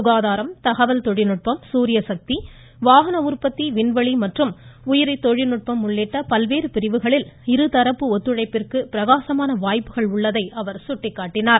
சுகாதாரம் தகவல்தொழில்நுட்பம் சூரியசக்தி வாகன உற்பத்தி விண்வெளி மற்றும் உயிரி தொழில்நுட்பம் உள்ளிட்ட பல்வேறு பிரிவுகளில் இருதரப்பு ஒத்துழைப்பிற்கு பிரகாசமான வாய்ப்புகள் உள்ளதை அவர் சுட்டிக்காட்டினார்